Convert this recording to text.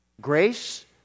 grace